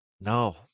No